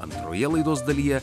antroje laidos dalyje